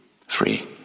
Free